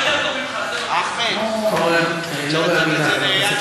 אני יותר טוב ממך, חבר הכנסת חזן,